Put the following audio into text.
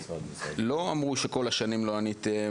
לא אמרו שכל השנים לא עניתם,